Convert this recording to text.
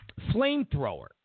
flamethrower